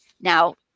Now